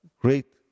great